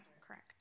correct